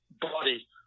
body